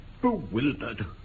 bewildered